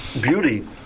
beauty